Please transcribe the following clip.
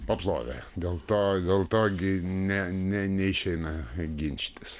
paplovė dėl to dėl to gi ne ne neišeina ginčytis